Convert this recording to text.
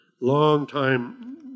long-time